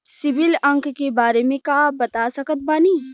CIBIL अंक के बारे मे का आप बता सकत बानी?